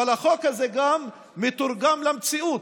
אבל החוק הזה גם מתורגם למציאות.